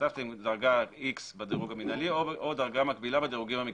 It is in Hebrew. כתבתם X בדירוג המנהלי או דרגה מקבילה בדירוגים המקצועיים.